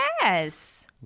yes